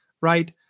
right